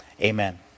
Amen